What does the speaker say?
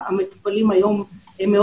אבל למשל אני זוכר